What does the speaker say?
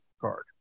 card